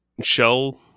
shell